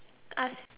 ask